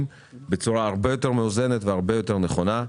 בצורה הרבה יותר מאוזנת והרבה יותר נכונה.